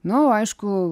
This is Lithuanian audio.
nu aišku